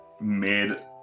made